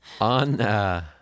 on